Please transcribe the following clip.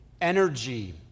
Energy